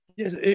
Yes